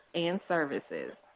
and services.